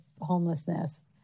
homelessness